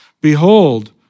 Behold